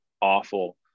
awful